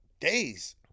Days